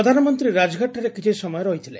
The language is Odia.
ପ୍ରଧାନମନ୍ତ୍ରୀ ରାଜଘାଟଠାରେ କିଛି ସମୟ ରହିଥିଲେ